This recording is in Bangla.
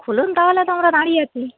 খুলুন তাহলে আমরা তো দাঁড়িয়ে আছি